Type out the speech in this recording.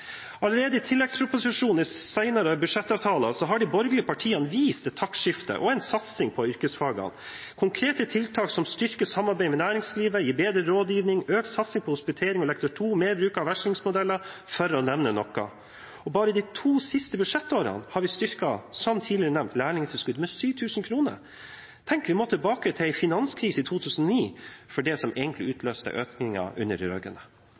Allerede i tilleggsproposisjonen og i senere budsjettavtaler har de borgerlige partiene vist et taktskifte og en satsing på yrkesfagene med konkrete tiltak som styrker samarbeid med næringslivet, gir bedre rådgivning, økt satsing på hospitering og Lektor2-ordningen, mer bruk av vekslingsmodeller, for å nevne noe. Bare de to siste budsjettårene har vi, som tidligere nevnt, styrket lærlingtilskuddet med 7 000 kr. Tenk, vi må tilbake til en finanskrise i 2009 for det som egentlig utløste økningen under